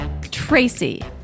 tracy